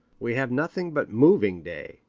we have nothing but moving day,